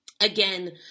Again